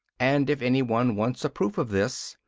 and if any one wants a proof of this,